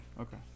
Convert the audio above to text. Okay